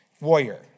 warrior